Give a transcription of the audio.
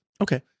Okay